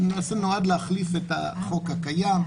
ולמעשה נועד להחליף את החוק הקיים,